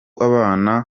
abana